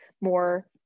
more